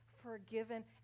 forgiven